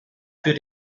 für